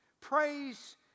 Praise